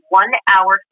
one-hour